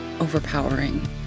overpowering